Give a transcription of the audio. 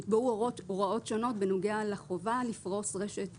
נקבעו הוראות שונות בנוגע לחובה לפרוס רשת